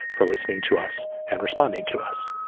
for listening to us and responding to us.